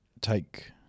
take